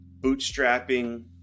bootstrapping